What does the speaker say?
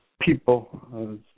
people